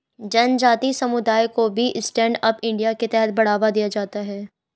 जनजाति समुदायों को भी स्टैण्ड अप इंडिया के तहत बढ़ावा दिया जाता है